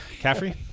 Caffrey